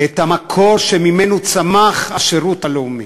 את המקור שממנו צמח השירות הלאומי,